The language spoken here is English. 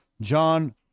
John